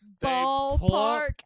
ballpark